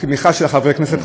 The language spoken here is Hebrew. התמיכה של חברי הכנסת,